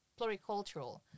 pluricultural